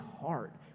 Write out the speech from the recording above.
heart